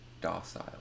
docile